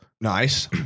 Nice